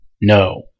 No